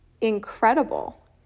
incredible